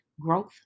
Growth